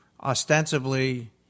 ostensibly